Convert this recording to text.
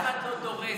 אף אחד לא דורס.